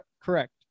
correct